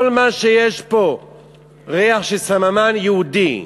כל מה שיש בו ריח של סממן יהודי,